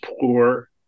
poor